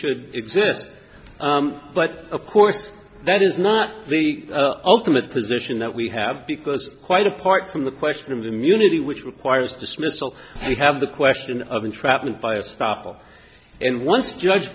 should exist but of course that is not the ultimate position that we have because quite apart from the question of immunity which requires dismissal you have the question of entrapment by a staffer and once judge